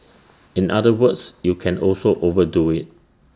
in other words you can also overdo IT